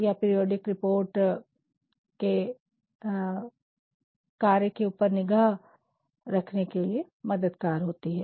यह periodic report कार्य के ऊपर निगाह रखने में मददगार होती है